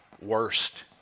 worst